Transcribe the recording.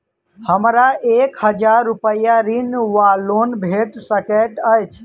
हमरा एक हजार रूपया ऋण वा लोन भेट सकैत अछि?